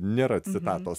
nėra citatos